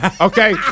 Okay